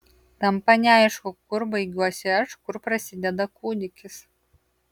tampa neaišku kur baigiuosi aš kur prasideda kūdikis